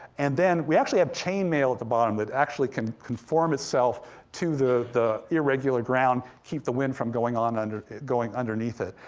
and then, we actually have chain mail at the bottom, that actually can conform itself to the the irregular ground, keep the wind from going ah and and going underneath it.